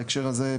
בהקשר הזה,